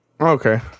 Okay